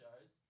shows